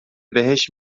بهشت